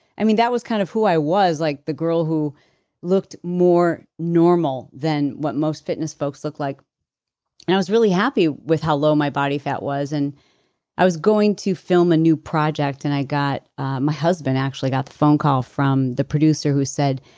i mean that was kind of who i was like the girl who looked more normal than what most fitness folks look like. and i was really happy with how low my body fat was and i was going to film a new project and my husband actually got the phone call from the producer who said,